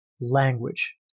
language